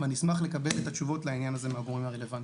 ואני אשמח לקבל את התשובות לעניין הזה מהגורמים הרלוונטיים.